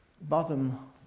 Bottom